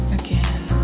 again